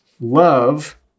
love